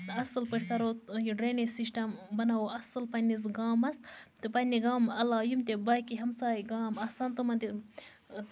اَصٕل پٲٹھۍ کَرو یہِ ڈرٛینیج سِسٹم بَناوو اَصٕل پَنٕنِس گامَس تہٕ پَننہِ گامہٕ علاوٕ یِم تہِ باقٕے ہَمسایہِ گام آسن تِمَن تہِ